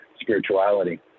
spirituality